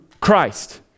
Christ